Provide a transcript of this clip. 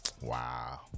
Wow